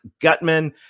Gutman